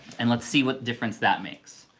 and let's see what difference that makes.